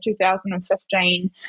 2015